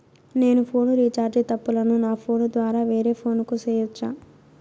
నేను phone recharge తప్పులను నా ఫోను ద్వారా వేరే ఫోను కు సేయొచ్చా?